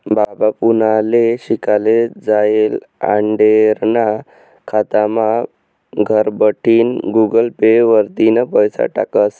बाबा पुनाले शिकाले जायेल आंडेरना खातामा घरबठीन गुगल पे वरतीन पैसा टाकस